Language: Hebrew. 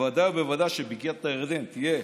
בוודאי ובוודאי בקעת הירדן תהיה